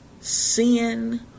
sin